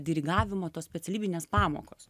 dirigavimo tos specialybinės pamokos